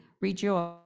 rejoice